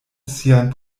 sian